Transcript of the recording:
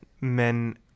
men